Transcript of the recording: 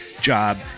job